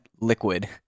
liquid